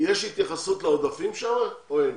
יש התייחסות לעודפים שם או אין?